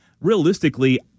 Realistically